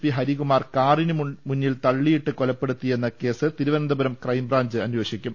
P Harikumar കാറിന് മുന്നിൽ തള്ളിയിട്ടു കൊലപ്പെടുത്തിയെന്ന കേസ് തിരു വനന്തപുരം ക്രൈംബ്രാഞ്ച് അന്വേഷിക്കും